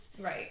Right